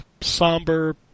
somber